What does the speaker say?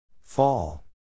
Fall